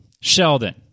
Sheldon